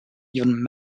even